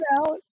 out